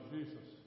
Jesus